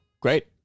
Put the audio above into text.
great